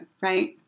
right